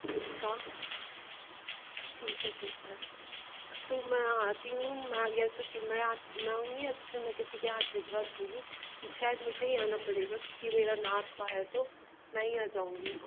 इसका ठीक है ठीक है तो मैं आती हूँ मैं या तो मैं आउंगी या तो फिर मैं किसी के हाथ भिजवा दूंगी शायद मुझे ही आना पड़ेगा क्योंकि मेरा नाप का है तो मैं ही आ जाउंगी